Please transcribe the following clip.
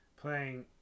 playing